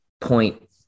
point